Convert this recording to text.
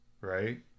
right